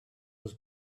was